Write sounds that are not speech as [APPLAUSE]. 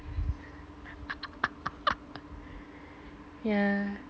[LAUGHS] yeah